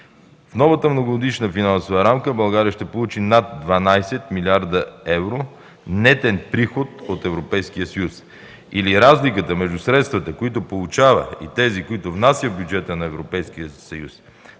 В новата многогодишна финансова рамка България ще получи над 12 млрд. евро нетен приход от Европейския съюз. От разликата между средствата, които получава, и тези, които внася в бюджета на Европейския съюз